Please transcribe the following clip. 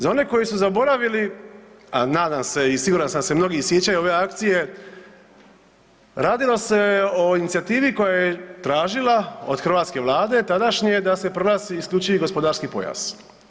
Za one koji su zaboravili a nadam se i siguran sam da se mnogi sjećaju ove akcije, radilo se o inicijativi koja je tražila od hrvatske Vlade tadašnje da se proglasi isključivi gospodarski pojas.